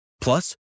Plus